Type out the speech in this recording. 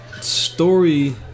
story